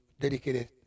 dedicated